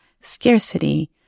scarcity